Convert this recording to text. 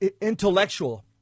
intellectual